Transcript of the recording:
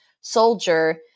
soldier